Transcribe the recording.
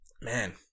man